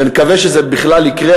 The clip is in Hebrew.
ונקווה שזה בכלל יקרה.